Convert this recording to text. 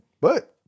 But-